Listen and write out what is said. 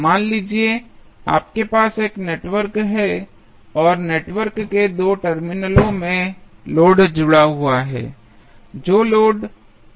मान लीजिए आपके पास एक नेटवर्क है और नेटवर्क के 2 टर्मिनलों में लोड जुड़ा हुआ है जो लोड का मान है